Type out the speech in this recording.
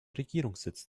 regierungssitz